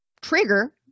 trigger